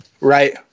Right